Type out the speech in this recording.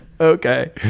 okay